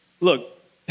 look